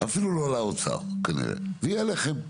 אפילו לא על האוצר כנראה, זה יהיה עליכם.